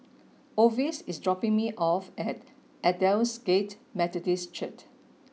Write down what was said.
Orvis is dropping me off at Aldersgate Methodist Church